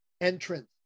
entrance